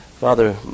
Father